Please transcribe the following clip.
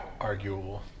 arguable